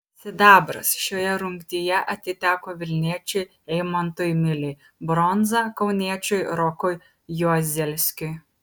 sidabras šioje rungtyje atiteko vilniečiui eimantui miliui bronza kauniečiui rokui juozelskiui